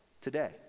today